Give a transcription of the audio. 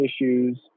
issues